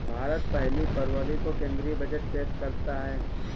भारत पहली फरवरी को केंद्रीय बजट पेश करता है